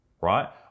Right